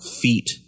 feet